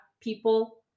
people